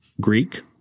Greek